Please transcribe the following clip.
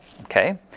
Okay